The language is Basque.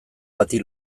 bati